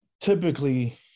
typically